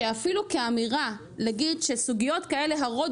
שאפילו כאמירה להגיד שסוגיות כאלה הרות